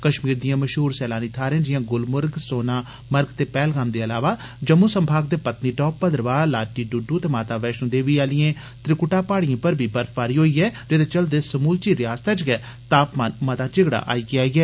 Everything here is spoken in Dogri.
कश्मीर दियें मशदूर सैलानी थाहरें जियां गुलमर्ग सोनामर्ग ते पैहलगाम दे इलावा जम्मू संभाग दे पत्नीटाप भद्रवाह लाटी डुडू ते माता वैष्णो देवी आलियें त्रिकुटा पहाड़ियें पर बी बर्फबारी होई ऐ जेदे चलदे समूलची रयासतै च गै तापमान मता झिगड़ा आई गेया ऐ